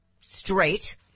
straight